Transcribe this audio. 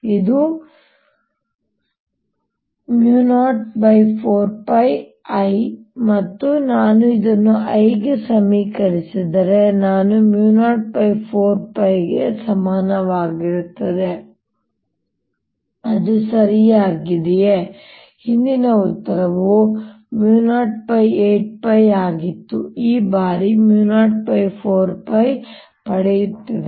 ಇದು 04 π I ಮತ್ತು ನಾನು ಇದನ್ನು l ಗೆ ಸಮೀಕರಿಸಿದರೆ ನಾನು 04 π ಗೆ ಸಮನಾಗಿರುತ್ತದೆ ಅದು ಸರಿಯಾಗಿದೆ ಹಿಂದಿನ ಉತ್ತರವು 08 π ಆಗಿತ್ತು ಈ ಬಾರಿ 04 π ಪಡೆಯುತ್ತದೆ